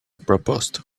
proposed